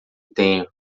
tenho